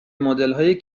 مدلهای